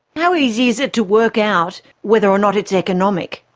how easy is it to work out whether or not it's economic?